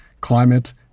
climate